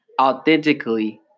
authentically